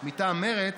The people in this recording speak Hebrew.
מטעם מרצ,